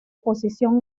posición